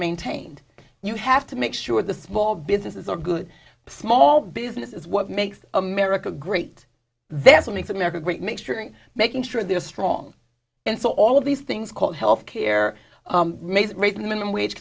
maintained you have to make sure the small businesses are good small business is what makes america great that's what makes america great mixture and making sure they're strong and so all of these things called health care makes raising the minimum wage